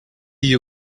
you